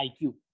iq